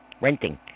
renting